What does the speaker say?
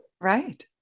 Right